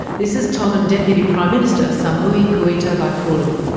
this is tongan deputy prime minister samiu kuita vaipulu.